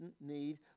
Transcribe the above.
need